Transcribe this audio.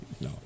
No